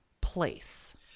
place